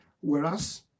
Whereas